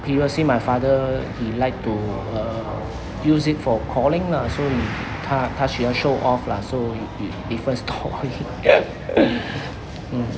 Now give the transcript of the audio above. previously my father he like to uh use it for calling lah so 他他喜欢 show off lah so different story mm